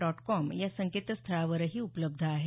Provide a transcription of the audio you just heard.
dot com या संकेतस्थळावरही उपलब्ध आहे